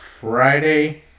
Friday